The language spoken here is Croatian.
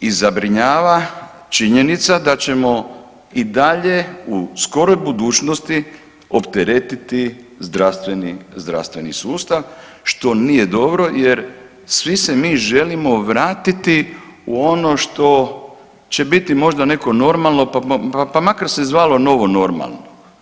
i zabrinjava činjenica da ćemo i dalje u skoroj budućnosti opteretiti zdravstveni sustav što nije dobro, jer svi se mi želimo vratiti u ono što će biti možda neko normalno, pa makar se zvalo novo normalno.